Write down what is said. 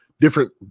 different